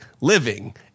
living